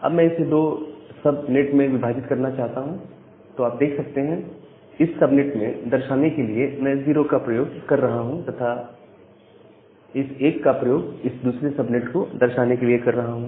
अब मैं इसे 2 सब नेट में विभाजित करना चाहता हूं तो आप देख सकते हैं इस सब नेट में दर्शाने के लिए मैं 0 का प्रयोग कर रहा हूं तथा इस 1 का प्रयोग इस दूसरे सबनेट को दर्शाने के लिए कर रहा हूं